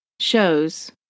shows